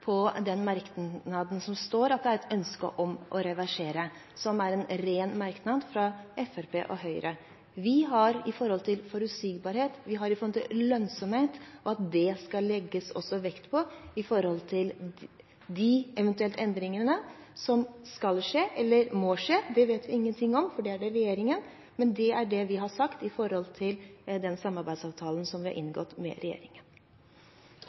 at det er et ønske om å reversere, som er en ren Fremskrittsparti- og Høyre-merknad. Når det gjelder forutsigbarhet og lønnsomhet, har vi sagt at det skal det legges vekt på når det gjelder de eventuelle endringene som skal eller må skje. Det vet vi ingenting om, for det er opp til regjeringen. Det er det vi har sagt når det gjelder samarbeidsavtalen vi har inngått med regjeringen.